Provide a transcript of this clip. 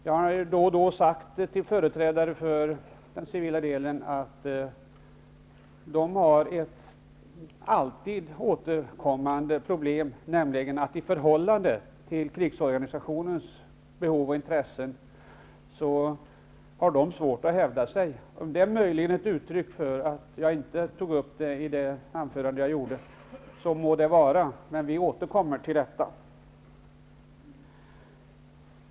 Jag har då och då till företrädare för den civila delen av försvaret sagt att de har ett alltid återkommande problem. I förhållande till krigsorganisationens behov och intressen har de svårt att hävda sig. Om det faktum att jag inte tog upp den här delen i mitt anförande är ett uttryck för detta, må det så vara. Men vi återkommer till detta.